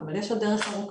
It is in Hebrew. אבל יש עוד דרך ארוכה.